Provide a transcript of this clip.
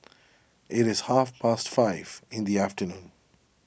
it is half past five in the afternoon